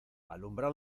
alumbrad